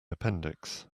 appendix